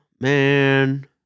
man